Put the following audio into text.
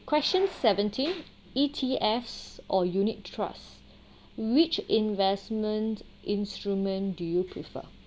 question seventeen E_T_S or unit trust which investment instrument do you prefer